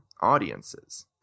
audiences